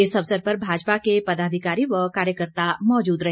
इस अवसर पर भाजपा के पदाधिकारी व कार्यकर्ता मौजूद रहे